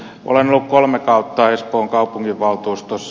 olen ollut kolme kautta espoon kaupunginvaltuustossa